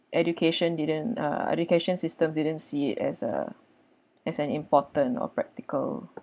education didn't uh education system didn't see it as a as an important or practical